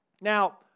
Now